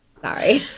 Sorry